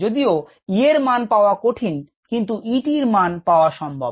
যদিও E এর মান পাওয়া কঠিন কিন্তু Etর মান পাওয়া সম্ভব